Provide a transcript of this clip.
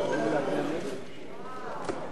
התשע"ב 2011,